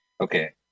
okay